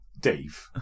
Dave